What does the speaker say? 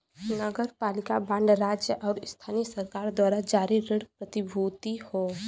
नगरपालिका बांड राज्य आउर स्थानीय सरकार द्वारा जारी ऋण प्रतिभूति हौ